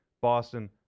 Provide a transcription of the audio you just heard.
Boston